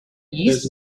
used